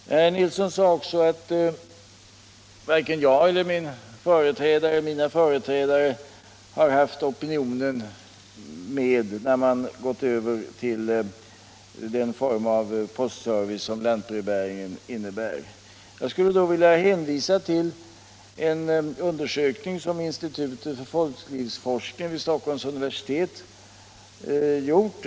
Herr Nilsson i Tvärålund sade att varken jag eller mina företrädare haft opinionen med oss när man gått över till den form av postservice som lantbrevbäringen innebär. Jag skulle då vilja hänvisa till en undersökning som institutet för folklivsforskning vid Stockholms universitet gjort.